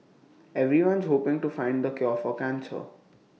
everyone's hoping to find the cure for cancer